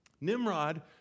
Nimrod